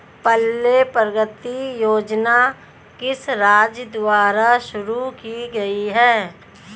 पल्ले प्रगति योजना किस राज्य द्वारा शुरू की गई है?